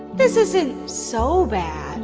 this isn't so bad.